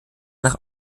nach